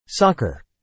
Soccer